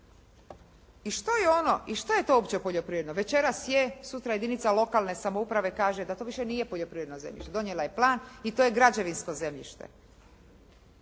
I što je to uopće poljoprivredno? Večeras je, sutra jedinica lokalne samouprave, kaže da to više nije poljoprivredno zemljište. Donijela je plan i to je građevinsko zemljište.